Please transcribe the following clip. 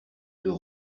deux